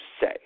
say